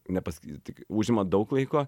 nepasakyti tik užima daug laiko